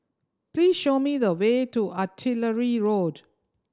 please show me the way to Artillery Road